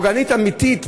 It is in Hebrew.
פוגענית אמיתית,